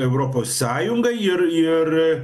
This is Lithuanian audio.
europos sąjungai ir ir